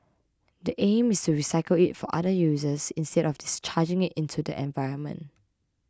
the aim is to recycle it for other users instead of discharging it into the environment